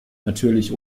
natürlich